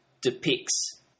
depicts